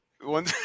one